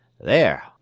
There